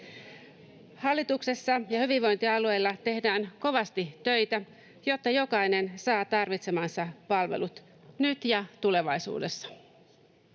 Hallituksessa ja hyvinvointialueilla tehdään kovasti töitä, jotta jokainen saa tarvitsemansa palvelut nyt ja tulevaisuudessa.